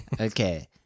Okay